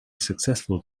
successful